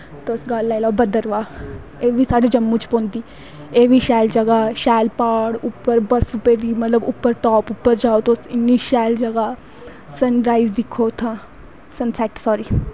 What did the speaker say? तुस गल्ल लाई लैओ भदरवाह् एह् बी साढ़े जम्मू च पौंदी एह् बी शैल जगा ऐ शैल प्हाड़ उप्पर बर्फ पेदी मतलव उप्पर टॉप पर जाओ तुस इन्नी सैल जगा ऐ सनराईज़ दिक्खो उत्थां दा सनसैट्ट सॉरी